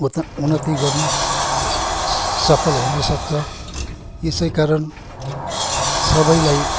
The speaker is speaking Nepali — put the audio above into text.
उँत उन्नति गर्न स सफल हुनसक्छ यसै कारण सबैलाई